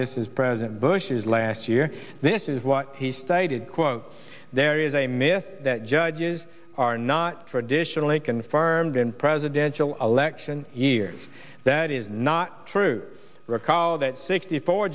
this is president bush's last year this is what he stated quote there is a myth that judges are not traditionally confirmed in presidential election years that is not true recall that sixty four